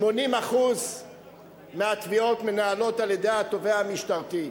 80% מהתביעות מנוהלות על-ידי התובע המשטרתי.